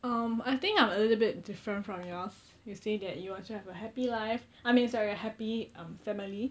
um I think I'm a little bit different from yours you say that you want to have a happy life I mean sorry a happy family